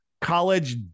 college